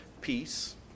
Peace